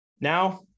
Now